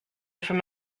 from